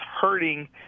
hurting